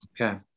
Okay